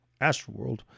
Astroworld